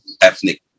ethnic